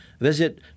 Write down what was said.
visit